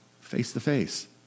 face-to-face